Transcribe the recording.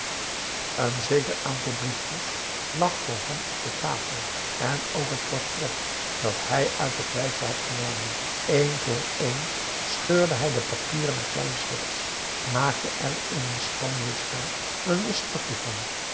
een zeker aantal briefjes lag voor hem op de tafel en ook het portret dat hij uit het lijstje had genomen een voor een scheurde hij de papieren aan kleine snippers maakte er in een schoon wit vel n los pakje van